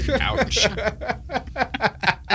ouch